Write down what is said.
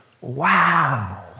wow